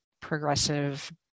progressive